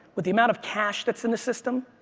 with the amount of cash that's in the system,